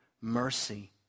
mercy